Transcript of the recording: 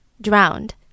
drowned